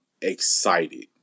excited